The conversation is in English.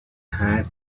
had